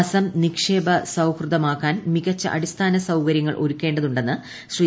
അസം നിക്ഷേപ സൌഹൃദമാക്കാൻ മികച്ച അടിസ്ഥാന സൌകരൃങ്ങൾ ഒരുക്കേണ്ടതുണ്ടെന്ന് ശ്രീ